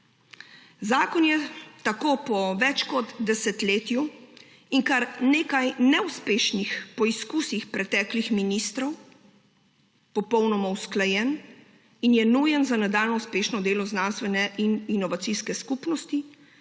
Zakon je tako po več kot desetletju in kar nekaj neuspešnih poskusih preteklih ministrov popolnoma usklajen in je nujen za nadaljnjo uspešno delo znanstvene in inovacijske skupnosti,